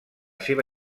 seva